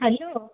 hello